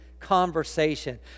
conversation